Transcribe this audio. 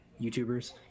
YouTubers